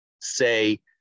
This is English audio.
say